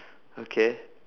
okay